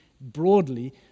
broadly